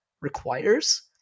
requires